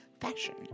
fashion